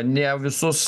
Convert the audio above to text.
ne visus